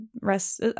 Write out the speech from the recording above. rest